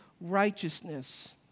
righteousness